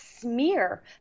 smear